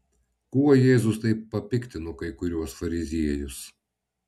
kuo jėzus taip papiktino kai kuriuos fariziejus